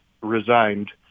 resigned